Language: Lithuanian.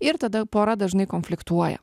ir tada pora dažnai konfliktuoja